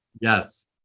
Yes